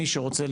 מי שרוצה,